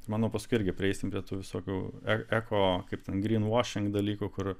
manau paskui irgi prieisim prie tų visokių e eko kaip grynvošing dalykų kur